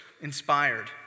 inspired